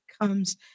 comes